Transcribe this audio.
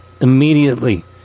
immediately